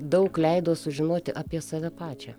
daug leido sužinoti apie save pačią